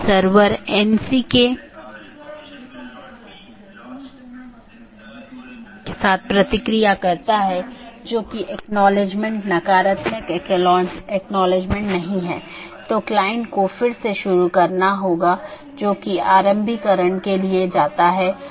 यदि इस संबंध को बनाने के दौरान AS में बड़ी संख्या में स्पीकर हैं और यदि यह गतिशील है तो इन कनेक्शनों को बनाना और तोड़ना एक बड़ी चुनौती है